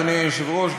אדוני היושב-ראש,